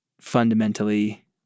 fundamentally